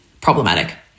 problematic